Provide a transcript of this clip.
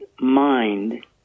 mind